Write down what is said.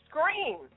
scream